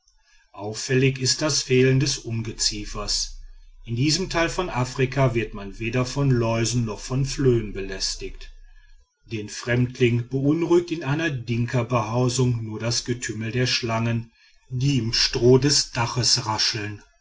auffällig ist das fehlen des ungeziefers in diesem teil von afrika wird man weder von läusen noch von flöhen belästigt den fremdling beunruhigt in einer dinkabehausung nur das getümmel der schlangen die im stroh des daches rascheln